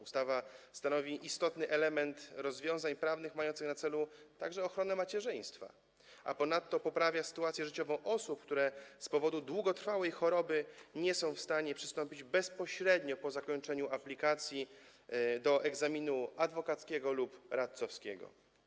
Ustawa stanowi istotny element rozwiązań prawnych mających na celu także ochronę macierzyństwa, a ponadto poprawia sytuację życiową osób, które z powodu długotrwałej choroby nie są w stanie przystąpić bezpośrednio po zakończeniu aplikacji do egzaminu adwokackiego lub radcowskiego.